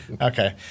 Okay